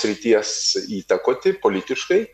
srities įtakoti politiškai